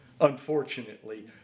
Unfortunately